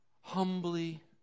Humbly